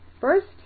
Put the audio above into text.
First